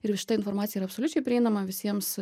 ir va šita informacija yra absoliučiai prieinama visiems